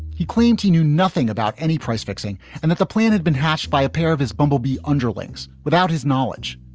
he claimed he knew nothing about any price fixing and that the plan had been hatched by a pair of his bumblebee underlings without his knowledge.